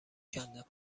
کندم